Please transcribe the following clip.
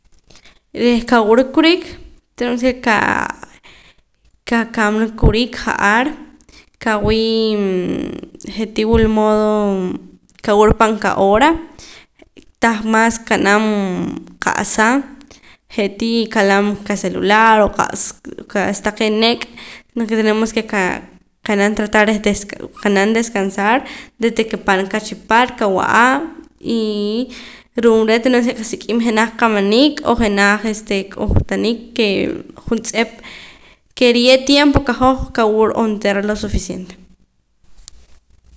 Reh kawura kurik tenes ke ka kaakamana kurik ja'ar kawii' je'tii wul modo kawura pan kahora tah mas ka'nam qa'saje'tii kalam qacelular o qa's qa'sa taqee' nek' no ke tenemos ke qaa qa'nam tratar reh des qa'nam reh descansar desde ke panaqa chipaat kawa'a y ru'uum re' tenemos ke kasik'im jenaj kamanik o jenaj ese k'uhtanik ke juntz'ep ke riye' tiempo qahoj qawura onteera lo suficiente